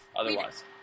otherwise